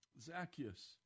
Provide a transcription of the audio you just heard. Zacchaeus